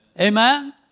Amen